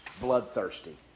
bloodthirsty